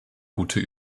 gute